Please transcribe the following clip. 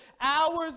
hours